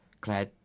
Claire